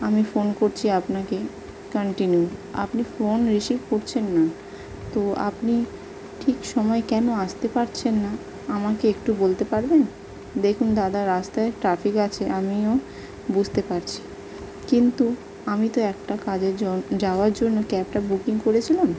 আমি ফোন করছি আপনাকে কান্টিনিউ আপনি ফোন রিসিভ করছেন না তো আপনি ঠিক সময় কেন আসতে পারছেন না আমাকে একটু বলতে পারবেন দেখুন দাদা রাস্তায় ট্রাফিক আছে আমিও বুঝতে পারছি কিন্তু আমি তো একটা কাজের জন যাওয়ার জন্য ক্যাবটা বুকিং করেছিলাম